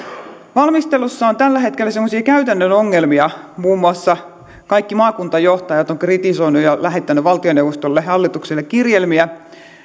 valmistelussa on tällä hetkellä käytännön ongelmia muun muassa kaikki maakuntajohtajat ovat kritisoineet ja lähettäneet valtioneuvostolle hallitukselle kirjelmiä